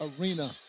arena